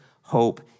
hope